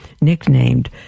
nicknamed